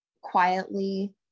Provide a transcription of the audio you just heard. quietly